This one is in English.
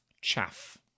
chaff